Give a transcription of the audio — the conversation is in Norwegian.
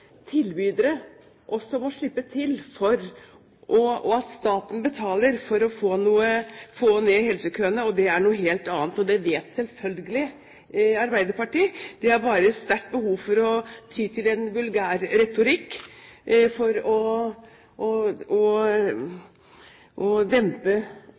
tilbydere også må få slippe til, og at staten betaler for å få ned helsekøene. Det er noe helt annet, og det vet selvfølgelig Arbeiderpartiet. De har bare et sterkt behov for å ty til en vulgær retorikk for å dempe